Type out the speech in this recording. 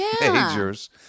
majors